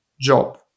job